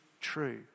true